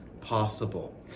possible